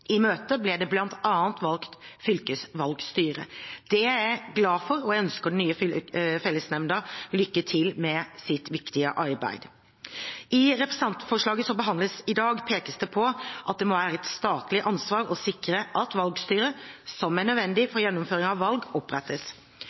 i 2018. I møtet ble det bl.a. valgt fylkesvalgstyre. Det er jeg glad for, og jeg ønsker den nye fellesnemnda lykke til med sitt viktige arbeid. I representantforslaget som behandles i dag, pekes det på at det må være et statlig ansvar å sikre at valgstyret, som er nødvendig for gjennomføring av valg, opprettes.